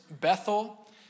Bethel